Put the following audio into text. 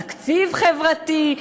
תקציב חברתי,